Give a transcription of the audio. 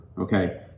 okay